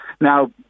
Now